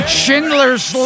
Schindler's